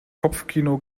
kopfkino